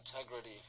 integrity